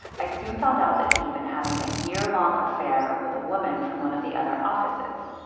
i soon found out that he'd been having a year long affair with a woman from one of the other offices.